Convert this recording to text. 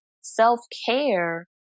self-care